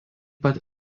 pat